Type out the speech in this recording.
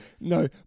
No